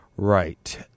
Right